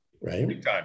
right